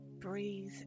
Breathe